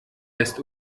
lässt